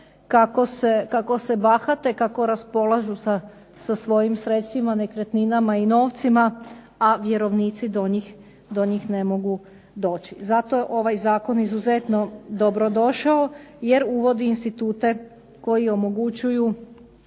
kako se bahate, kako raspolažu sa svojim sredstvima, nekretninama i novcima, a vjerovnici do njih ne mogu doći. Zato je ovaj zakon izuzetno dobrodošao jer uvodi institute koji omogućuju